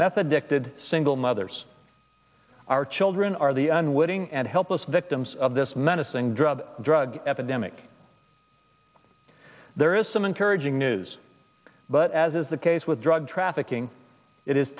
meth addicted single mothers our children are the unwitting and helpless victims of this menacing drug drug epidemic there is some encouraging news but as is the case with drug trafficking it is